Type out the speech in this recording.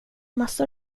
massor